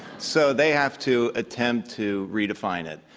so they have to attempt to redefine it.